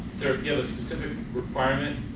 there'll be a specific requirement,